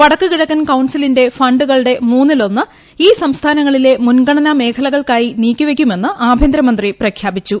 വടക്ക്കിഴക്കൻ കൌൺസിലിന്റെ ഫണ്ടുകളുട്ടമൂന്നിൽഒന്ന് ഈ സംസ്ഥാനങ്ങളിലെ മുൻഗണനാ മേഖലകൾക്കായി നീക്കിവയ്ക്കുമെന്ന്ആഭ്യന്തരമന്ത്രി പ്രഖ്യാ പിച്ചു